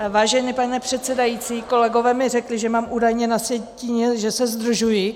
Vážený pane předsedající, kolegové mi řekli, že mám údajně na sjetině, že se zdržuji.